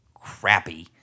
Crappy